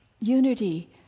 Unity